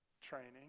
training